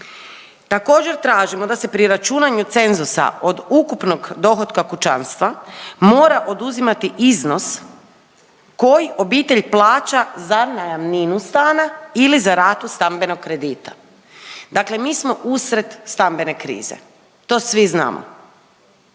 Također tražimo da se pri računanju cenzusa od ukupnog dohotka kućanstva mora oduzimati iznos koji obitelj plaća za najamninu stana ili za ratu stambenog kredita. Dakle, mi smo usred stambene krize to svi znamo,